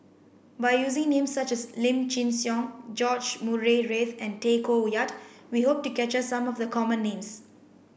by using names such as Lim Chin Siong George Murray Reith and Tay Koh Yat we hope to capture some of the common names